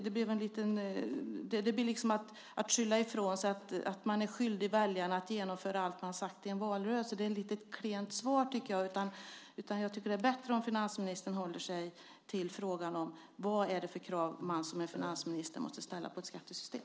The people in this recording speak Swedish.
Det blir att skylla ifrån sig när man säger att man är skyldig väljarna att genomföra allt man har lovat i en valrörelse. Det är ett lite klent svar, tycker jag. Jag tycker att det är bättre om finansministern håller sig till frågan: Vad är det för krav man som finansminister måste ställa på ett skattesystem?